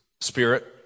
spirit